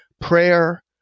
prayer